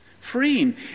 Freeing